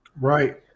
right